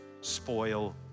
spoil